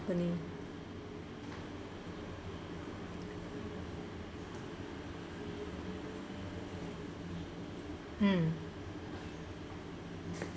company mm